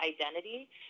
identity